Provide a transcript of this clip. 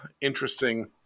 interesting